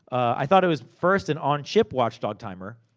i thought it was first, an on-chip watchdog timer,